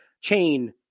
chain